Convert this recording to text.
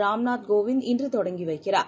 Ramnath Kovind இன்றுதொடங்கிவைக்கிறார்